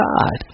God